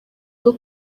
bwo